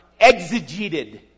exegeted